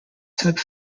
type